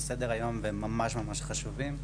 הם על סדר היום והם חשובים ממש.